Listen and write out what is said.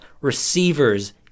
receivers